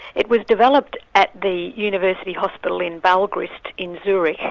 it was developed at the university hospital in balgrist, in zurich,